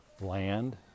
land